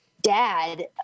dad